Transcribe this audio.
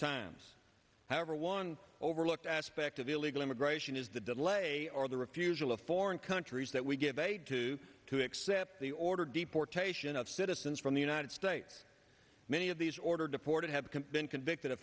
times however one overlooked aspect of illegal immigration is the delay or the refusal of foreign countries that we give aid to to accept the order deportation of citizens from the united states many of these ordered deported have been convicted